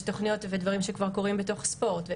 יש תוכניות ודברים שכבר קורים בתוך ספורט.